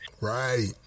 Right